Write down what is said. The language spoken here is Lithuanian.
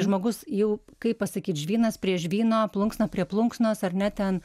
žmogus jau kaip pasakyt žvynas prieš žvyno plunksna prie plunksnos ar ne ten